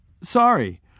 Sorry